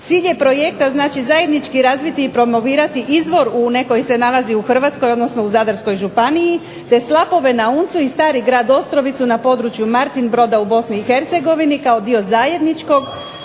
Cilj je projekta znači zajednički razviti i promovirati izvor koji se nalazi u Hrvatskoj odnosno Zadarskoj županiji te slapove na Uncu i stari grad Ostrovicu na području Martinbroda u Bosni i Hercegovini kao dio zajedničkog